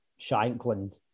Shankland